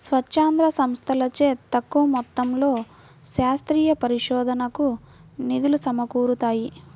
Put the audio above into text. స్వచ్ఛంద సంస్థలచే తక్కువ మొత్తంలో శాస్త్రీయ పరిశోధనకు నిధులు సమకూరుతాయి